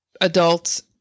adults